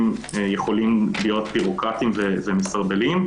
יכולים לפעמים להיות ביורוקרטיים ומסרבלים.